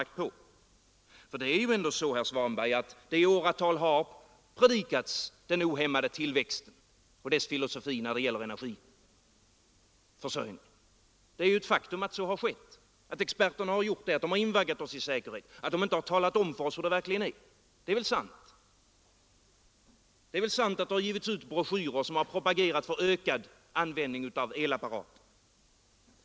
Det är ändå på det sättet, herr Svanberg, att man i åratal har predikat den ohämmade tillväxtens filosofi när det gäller energiförsörjningen. Det är ett faktum att så har skett, att experterna har invaggat oss i säkerhet och inte talat om för oss hur det verkligen förhåller sig. Det är väl sant att det har givits ut broschyrer som propagerat för ökad användning av elapparater.